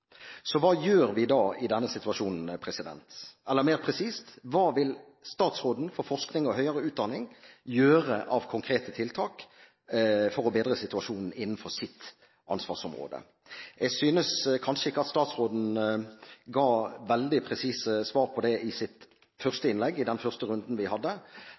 Så hva gjør vi i denne situasjonen? Eller mer presist: Hva vil statsråden for forskning og høyere utdanning gjøre av konkrete tiltak for å bedre situasjonen innenfor sitt ansvarsområde? Jeg synes kanskje ikke at statsråden ga veldig presise svar på det i sitt første innlegg, i den første runden vi hadde,